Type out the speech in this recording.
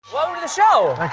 welcome to the show.